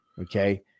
Okay